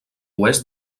oest